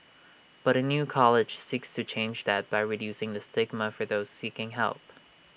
but A new college seeks to change that by reducing the stigma for those seeking help